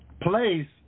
place